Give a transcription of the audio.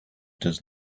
does